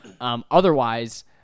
Otherwise